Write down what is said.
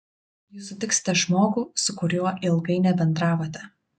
jūs sutiksite žmogų su kuriuo ilgai nebendravote